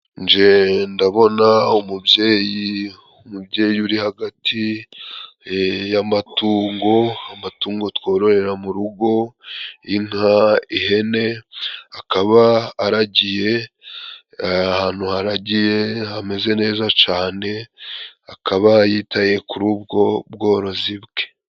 Nje ndabona umubyeyi. Umubyeyi uri hagati y'amatungo, amatungo twororera mu rugo inka, ihene akaba aragiye. Ahantu haragiye hameze neza cane akaba yitaye kuri ubwo bworozi bwe.